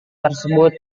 tersebut